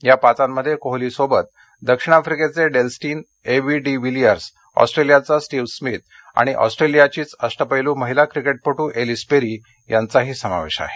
या पाचांमध्ये कोहलीसोबत दक्षिण अफ्रिकेचे Dale Steyn AB de Villiers ऑस्ट्रेलियाचा स्टीव्ह स्मिथ आणि ऑस्ट्रेलियाचीच अष्टपैलू महिला क्रिकेटपटू एलिस पेरी यांचाही समावेश आहे